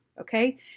okay